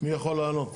מי יכול לענות?